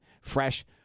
fresh